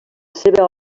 seva